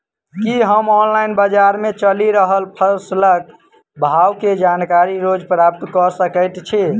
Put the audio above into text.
की हम ऑनलाइन, बजार मे चलि रहल फसलक भाव केँ जानकारी रोज प्राप्त कऽ सकैत छी?